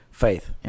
Faith